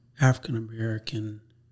African-American